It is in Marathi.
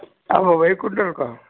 एक क्विंटल का